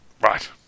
Right